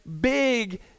big